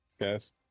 guys